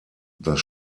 das